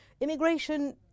Immigration